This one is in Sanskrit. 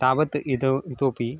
तावत् इतोपि इतोऽपि